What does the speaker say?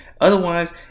Otherwise